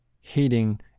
heating